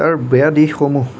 ইয়াৰ বেয়া দিশসমূহ